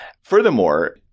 Furthermore